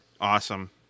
Awesome